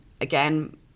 again